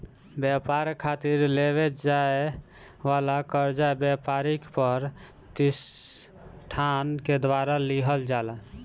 ब्यपार खातिर लेवे जाए वाला कर्जा ब्यपारिक पर तिसठान के द्वारा लिहल जाला